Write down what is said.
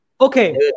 okay